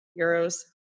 euros